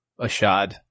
Ashad